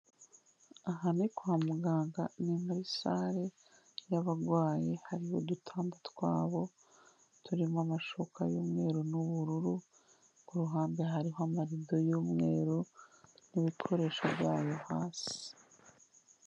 Aha ni kwa muganga ni nka sale y'abarwayi. Hari udutanda twabo turiho amashuka y'umweru n'ubururu, kuruhande hariho amarido y'umweru n'ibikoresho byayo hasi.